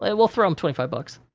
and we'll throw em twenty five bucks.